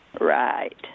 Right